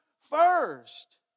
first